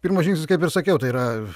pirmas žingsnis kaip ir sakiau tai yra